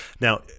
Now